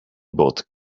bought